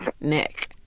Nick